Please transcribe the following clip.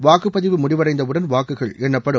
வாக்குப் பதிவு முடிவடைந்த உடன் வாக்குகள் எண்ணப்படும்